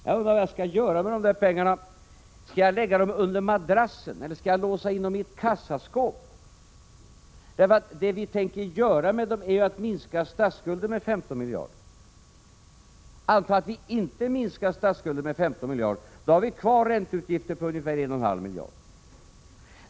Jag undrar vad jag skall göra med dessa pengar. Skall jag lägga dem under madrassen, eller skall jag låsa in dem i ett kassaskåp? Jag frågar detta eftersom vi kommer att använda dem till att minska statsskulden med 15 miljarder. Anta att vi inte minskar statsskulden med 15 miljarder, då har vi — Prot. 1986/87:48 kvar ränteutgifter på ungefär 1,5 miljarder.